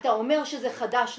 אתה אומר שזה חדש לנו.